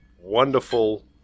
wonderful